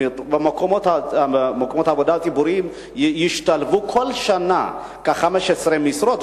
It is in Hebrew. אם במקומות העבודה הציבוריים היו משתלבים כל שנה כ-15 משרות,